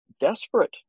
desperate